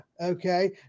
Okay